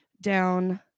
down